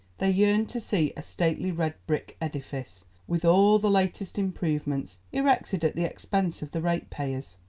they yearned to see a stately red-brick edifice, with all the latest improvements, erected at the expense of the rate-payers,